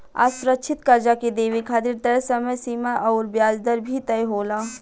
असुरक्षित कर्जा के देवे खातिर तय समय सीमा अउर ब्याज दर भी तय होला